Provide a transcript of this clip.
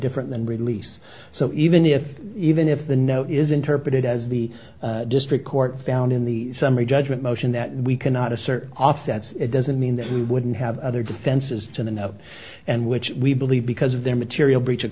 different than release so even if even if the no is interpreted as the district court found in the summary judgment motion that we cannot assert offsets it doesn't mean that we wouldn't have other defenses to know and which we believe because of their material breach of